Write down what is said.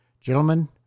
gentlemen